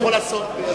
אורון,